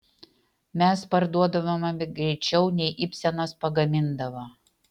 mes parduodavome greičiau nei ibsenas pagamindavo